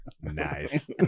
nice